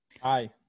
Hi